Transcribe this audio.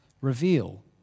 Reveal